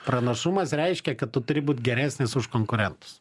pranašumas reiškia kad tu turi būt geresnis už konkurentus